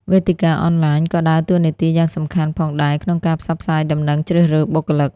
វេទិកាអនឡាញ ក៏ដើរតួនាទីយ៉ាងសំខាន់ផងដែរក្នុងការផ្សព្វផ្សាយដំណឹងជ្រើសរើសបុគ្គលិក។